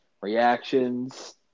reactions